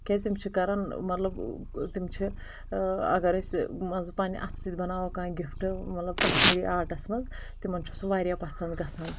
کیازِ تِم چھِ کران مطلب تِم چھِ اگر أسۍ مان ژٕ پننہِ اتھہٕ سۭتۍ بناوو گفٹ مطلب کشمیٖری آٹس منٛز تِمن چھُ سُہ واریاہ پسنٛد گژھان